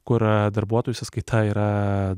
kur darbuotojų sąskaita yra